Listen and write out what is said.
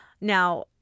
Now